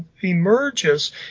emerges